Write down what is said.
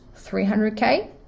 300K